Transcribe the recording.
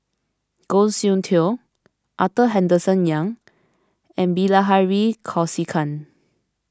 Goh Soon Tioe Arthur Henderson Young and Bilahari Kausikan